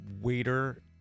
waiter